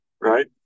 right